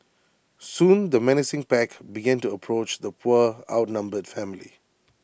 soon the menacing pack began to approach the poor outnumbered family